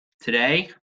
Today